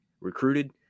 recruited